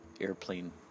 airplane